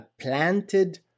planted